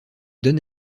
donne